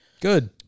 Good